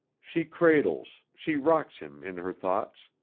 she cradles, she rocks him in her thoughts,